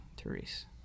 Therese